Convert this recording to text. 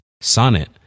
Sonnet